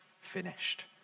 finished